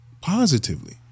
positively